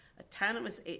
autonomous –